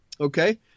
okay